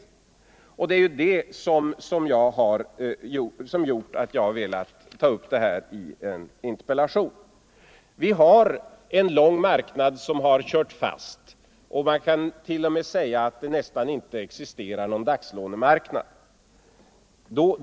Det är ju det som gjort att jag velat ta upp det här i en interpellation. Vi har en lång marknad som har kört fast, och man kan t.o.m. säga att det nästan inte existerar någon dagslånemarknad.